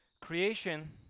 Creation